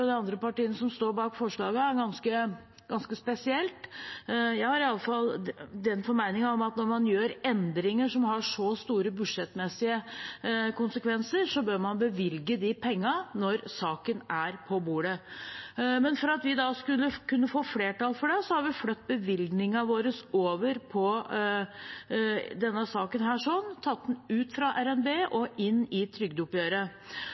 og de andre partiene som står bak forslagene, er ganske spesielt. Jeg er iallfall av den formening at når man gjør endringer som har så store budsjettmessige konsekvenser, bør man bevilge de pengene når saken er på bordet. Men for at vi skulle kunne få flertall for det, har vi flyttet bevilgningene våre over på denne saken, tatt den ut fra RNB og inn i trygdeoppgjøret.